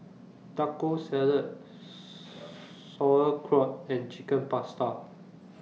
Taco Salad Sauerkraut and Chicken Pasta